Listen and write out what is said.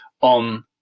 on